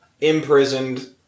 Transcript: imprisoned